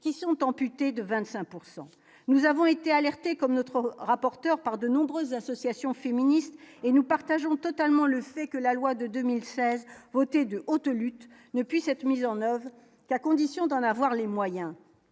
qui sont amputés de 25 pourcent, nous avons été alertés comme notre rapporteur par de nombreuses associations féministes et nous partageons totalement le fait que la loi de 2016 votée de haute lutte ne puisse être mise en oeuvre qu'à condition d'en avoir les moyens,